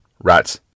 rats